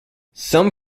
some